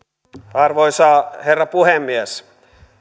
arvoisa herra puhemies